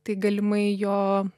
tai galimai jo